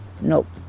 Nope